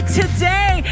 today